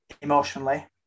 emotionally